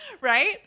Right